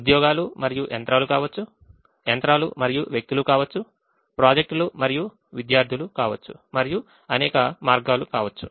ఉద్యోగాలు మరియు యంత్రాలు కావచ్చు యంత్రాలు మరియు వ్యక్తులు కావచ్చు ప్రాజెక్టులు మరియు విద్యార్థులు కావచ్చు మరియు అనేక మార్గాలు కావచ్చు